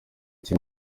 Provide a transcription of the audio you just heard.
iki